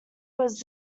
was